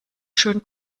schön